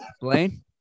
Blaine